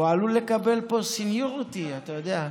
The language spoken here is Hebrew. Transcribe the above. הוא עלול לקבל פה סניוריטי, אתה יודע.